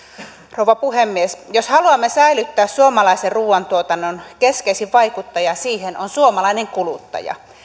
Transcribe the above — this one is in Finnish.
rouva puhemies jos haluamme säilyttää suomalaisen ruuantuotannon keskeisin vaikuttaja siihen on suomalainen kuluttaja